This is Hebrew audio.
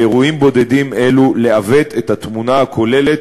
לאירועים בודדים אלו לעוות את התמונה הכוללת